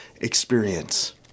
experience